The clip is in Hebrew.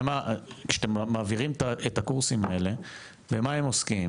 כשאתם מעבירים את הקורסים האלה, במה הם עוסקים?